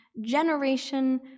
generation